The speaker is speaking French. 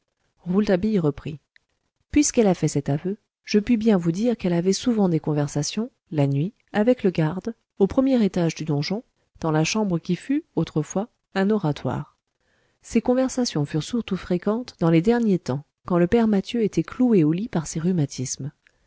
rouletabille reprit puisqu'elle a fait cet aveu je puis bien vous dire qu'elle avait souvent des conversations la nuit avec le garde au premier étage du donjon dans la chambre qui fut autrefois un oratoire ces conversations furent surtout fréquentes dans les derniers temps quand le père mathieu était cloué au lit par ses